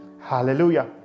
hallelujah